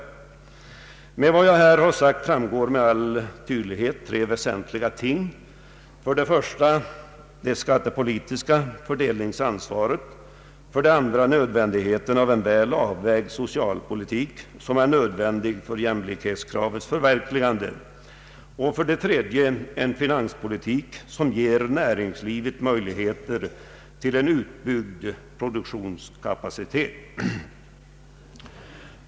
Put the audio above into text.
Av vad jag här sagt framgår med all tydlighet tre väsentliga ting: 2. Nödvändigheten av en väl avvägd socialpolitik för jämlikhetskravets förverkligande. 3. En finanspolitik som ger näringslivet möjligheter att bygga ut sin produktionskapacitet.